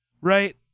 right